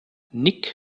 nick